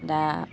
दा